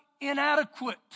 inadequate